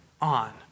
on